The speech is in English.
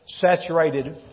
saturated